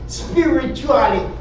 spiritually